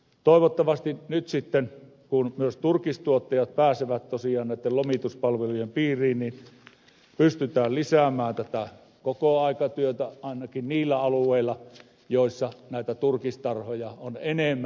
toivottavasti nyt sitten kun myös turkistuottajat pääsevät tosiaan näitten lomituspalvelujen piiriin pystytään lisäämään tätä kokoaikatyötä ainakin niillä alueilla joissa näitä turkistarhoja on enemmän